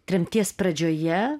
tremties pradžioje